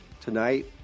tonight